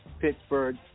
Pittsburgh